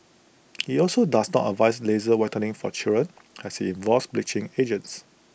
he also does not advise laser whitening for children as IT involves bleaching agents